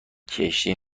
کشتی